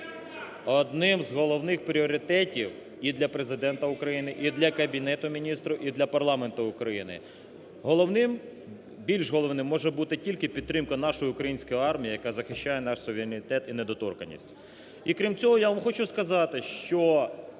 одним з головних пріоритетів і для Президента України, і для Кабінету Міністрів, і для парламенту України. Головним, більш головним може бути тільки підтримка нашої української армії, яка захищає наш суверенітет і недоторканність. І крім цього, я вам хочу сказати, що